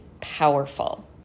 powerful